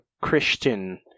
Christian